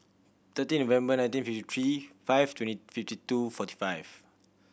thirteen November nineteen fifty three five twenty fifty two forty five